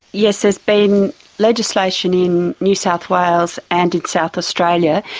yes, there's been legislation in new south wales and in south australia,